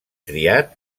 triat